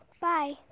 Bye